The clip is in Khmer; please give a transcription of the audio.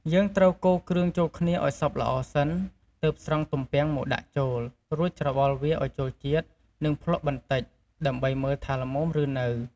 យើងត្រូវកូរគ្រឿងចូលគ្នាឱ្យសព្វល្អសិន ទើបស្រង់ទំពាំងមកដាក់ចូល រួចច្របល់វាឱ្យចូលជាតិ និងភ្លក្សបន្តិច ដើម្បីមើលថាល្មមឬនៅ។